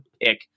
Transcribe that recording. pick